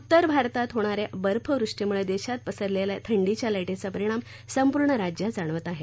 उत्तर भारतात होणाऱ्या बर्फवृष्टीमुळे देशात पसरलेल्या थंडीच्या लाटेचा परिणाम संपूर्ण राज्यात जाणवत आहे